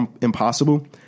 impossible